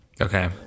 okay